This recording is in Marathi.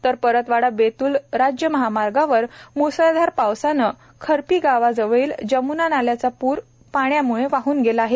तर परतवाडा बेत्ल राज्य महामार्गावर मुसळधार पावसाने खरपी गावाजवळील जम्ना नाल्याला पूर पाण्याम्ळे वाहन गेला आहे